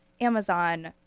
Amazon